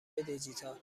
دیجیتال